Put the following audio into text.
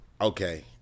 okay